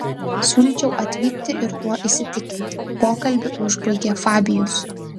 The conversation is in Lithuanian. siūlyčiau atvykti ir tuo įsitikinti pokalbį užbaigė fabijus